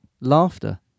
laughter